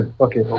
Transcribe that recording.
okay